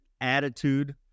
attitude